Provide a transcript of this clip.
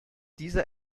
dieser